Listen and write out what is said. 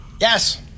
Yes